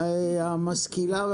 המשכילה.